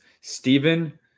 Stephen